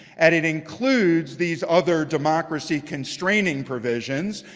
and it includes these other democracy-constraining provisions.